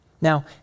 Now